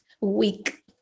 week